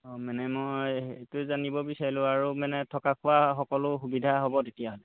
অঁ মানে মই সেইটোৱে জানিব বিচাৰিলোঁ আৰু মানে থকা খোৱা সকলো সুবিধা হ'ব তেতিয়াহ'লে